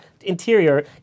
interior